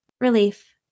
relief